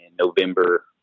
November